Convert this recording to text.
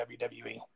WWE